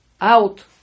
out